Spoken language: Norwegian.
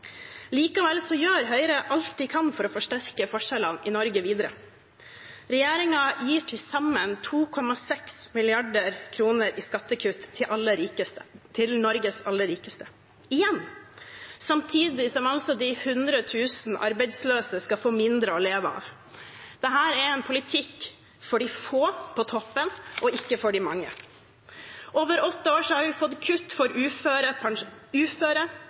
Likevel gjør Høyre alt de kan for å forsterke forskjellene i Norge videre. Regjeringen gir til sammen 2,6 mrd. kr i skattekutt til Norges aller rikeste – igjen – samtidig som de 100 000 arbeidsløse skal få mindre å leve av. Dette er en politikk for de få på toppen og ikke for de mange. Over åtte år har vi fått kutt til uføre,